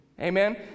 Amen